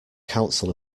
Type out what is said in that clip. counsel